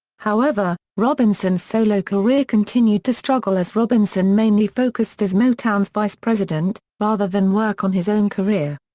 however, robinson's solo career continued to struggle as robinson mainly focused as motown's vice president, rather than work on his own career.